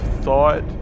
thought